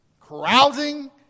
carousing